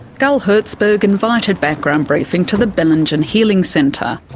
gull herzberg invited background briefing to the bellingen healing centre,